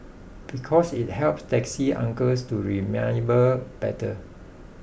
because it helps taxi uncles to remember better